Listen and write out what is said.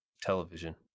television